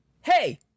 hey